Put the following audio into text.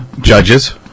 Judges